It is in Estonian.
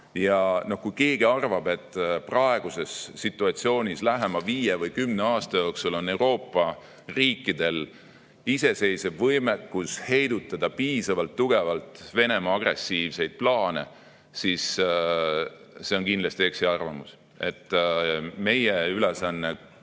vahel. Kui keegi arvab, et praeguses situatsioonis lähima viie või kümne aasta jooksul on Euroopa riikidel iseseisev võimekus heidutada piisavalt tugevalt Venemaa agressiivseid plaane, siis see on kindlasti eksiarvamus. Meie ülesanne nii